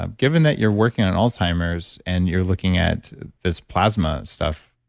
ah given that you're working on alzheimer's and you're looking at this plasma stuff,